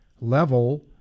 level